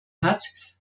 hat